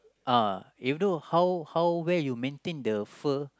uh even though how how well you maintain the fur